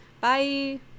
Bye